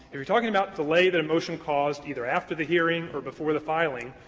if you're talking about delay that a motion caused either after the hearing or before the filing,